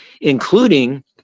including